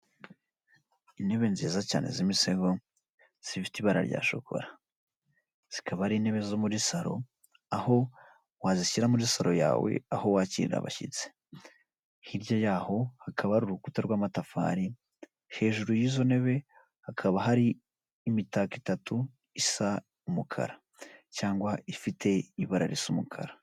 Intebe nziza cyane z'imisego, zifite ibara rya shokora, zikaba ari intebe zo muri saro, aho wazishyira muri saro yawe, aho wakirira abashyitsi, hirya yaho hakaba hari urukuta rw'amatafari, hejuru y'izo ntebe hakaba hari imitako itatu, isa umukara cyangwa ifite ibara risa umukara.